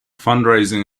fundraising